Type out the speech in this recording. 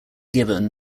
given